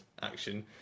action